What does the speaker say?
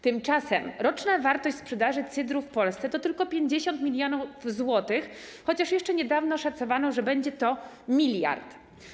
Tymczasem roczna wartość sprzedaży cydru w Polsce to tylko 50 mln zł, chociaż jeszcze niedawno szacowano, że będzie to 1 mld zł.